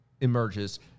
emerges